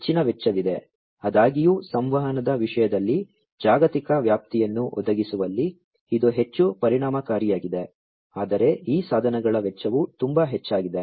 ಹೆಚ್ಚಿನ ವೆಚ್ಚವಿದೆ ಆದಾಗ್ಯೂ ಸಂವಹನದ ವಿಷಯದಲ್ಲಿ ಜಾಗತಿಕ ವ್ಯಾಪ್ತಿಯನ್ನು ಒದಗಿಸುವಲ್ಲಿ ಇದು ಹೆಚ್ಚು ಪರಿಣಾಮಕಾರಿಯಾಗಿದೆ ಆದರೆ ಈ ಸಾಧನಗಳ ವೆಚ್ಚವು ತುಂಬಾ ಹೆಚ್ಚಾಗಿದೆ